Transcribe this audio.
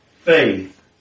faith